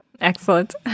Excellent